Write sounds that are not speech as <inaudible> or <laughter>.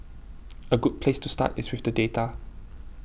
<noise> a good place to start is with the data